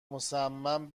مصمم